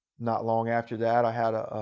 not long after that, i had a